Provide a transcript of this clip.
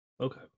Okay